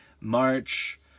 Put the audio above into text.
March